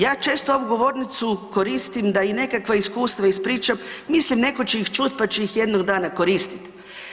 Ja često ovu govornicu koristim da i nekakva iskustva ispričam, mislim, netko će ih čuti pa će ih jednog dana koristiti.